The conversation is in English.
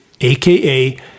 AKA